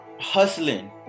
hustling